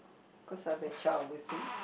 cause I bear child with him